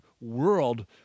world